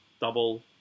double